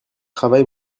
travail